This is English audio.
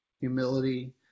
humility